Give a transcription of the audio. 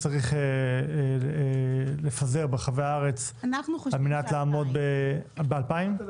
צריך לפזר ברחבי הארץ כדי לעמוד ביעדים?